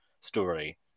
story